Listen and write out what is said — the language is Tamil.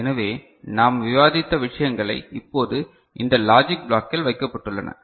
எனவே நாம் விவாதித்த விஷயங்களை இப்போது இந்த லாஜிக் ப்ளாகில் வைக்கப்பட்டுள்ளன